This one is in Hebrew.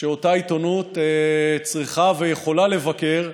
שאותה עיתונות צריכה ויכולה לבקר,